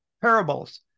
parables